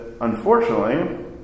unfortunately